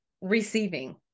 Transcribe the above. receiving